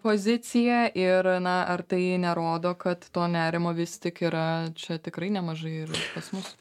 poziciją ir na ar tai nerodo kad to nerimo vis tik yra čia tikrai nemažai ir pas mus